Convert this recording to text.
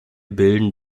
bilden